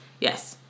Yes